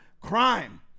Crime